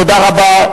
תודה רבה.